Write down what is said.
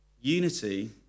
unity